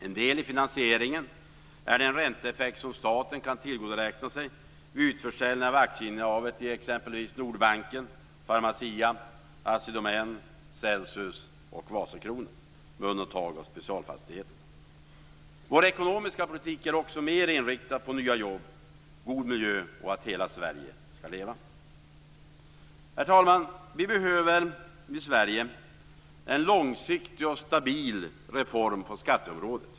En del i finansieringen är den ränteeffekt som staten kan tillgodoräkna sig vid utförsäljning av aktieinnehavet i exempelvis Nordbanken, Pharmacia, Assi Domän, Celsius och Wasakronan, med undantag av specialfastigheterna. Vår ekonomiska politik är också mer inriktad på nya jobb och god miljö och att hela Sverige skall leva. Herr talman! Vi behöver i Sverige en långsiktig och stabil reform på skatteområdet.